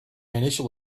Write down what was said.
initial